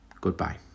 Goodbye